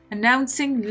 Announcing